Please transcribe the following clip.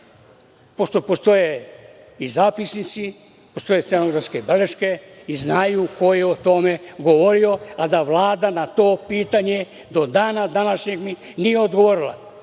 pošto postoje i zapisnici, stenografske beleške i znaju ko je o tome govorio, a da Valda na to pitanje do dana današnjeg mi nije odgovorila.